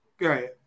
Right